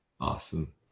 Awesome